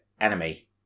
enemy